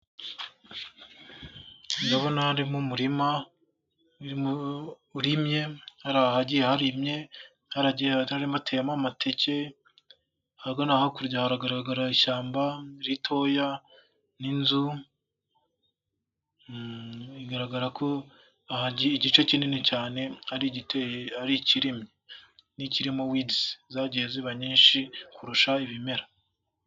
Ndabona harimo umurima urimye, hari ahagiye harimye, hari ahagiye hateyemo amateke ahagana hakurya haragaragara ishyamba ritoya n' inzu, biyagaragara ko igice kinini cyane ari ikirimye n' ikirimo widizi zagiye ziba nyinshi kurusha ibimera.